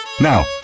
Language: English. Now